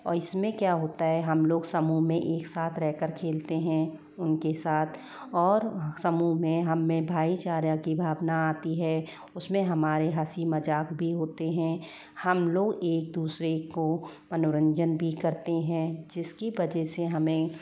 और इसमें क्या होता है हम लोग समूह में एक साथ रहकर खेलते हैं उनके साथ और समूह मे हम में भाईचारा की भावना आती है उसमें हमारे हंसी मज़ाक भी होते हैं हम लोग एक दूसरे को मनोरंजन भी करते हैं जिसके वजह से हमें